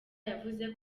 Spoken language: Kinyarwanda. yavuze